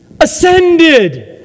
ascended